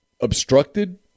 obstructed